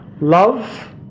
love